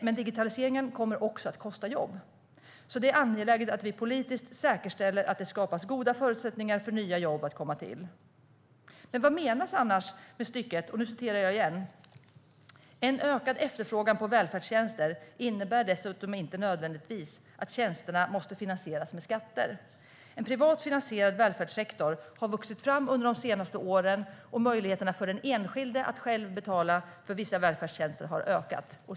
Men digitaliseringen kommer också att kosta jobb. Det är därför angeläget att vi politiskt säkerställer att det skapas goda förutsättningar för att nya jobb kommer till. Vad menas annars med detta stycke i vårpropositionen? "En ökad efterfrågan på välfärdstjänster innebär dessutom inte nödvändigtvis att tjänsterna måste finansieras med skatter. En privat finansierad välfärdssektor har vuxit fram under de senaste åren och möjligheterna för den enskilde att själv betala för vissa välfärdstjänster har ökat."